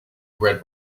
read